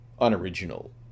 unoriginal